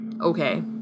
okay